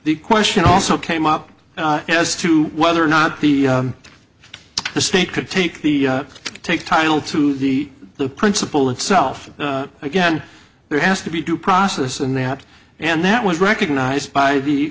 the question also came up as to whether or not the state could take the take title to the principal itself again there has to be due process and that and that was recognized by